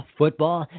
football